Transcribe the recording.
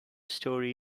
story